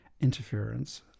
interference